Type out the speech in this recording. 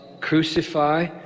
crucify